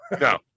No